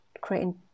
creating